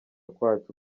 kwacu